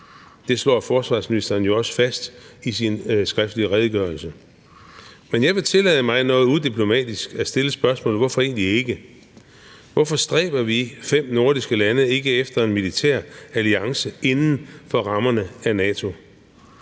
Det slår forsvarsministeren jo også fast i sin skriftlige redegørelse. Kl. 17:19 Men jeg vil tillade mig noget udiplomatisk at stille spørgsmålet: Hvorfor egentlig ikke? Hvorfor stræber vi fem nordiske lande ikke efter en militær alliance inden for rammerne af NATO?